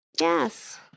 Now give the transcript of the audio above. Yes